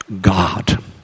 God